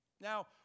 Now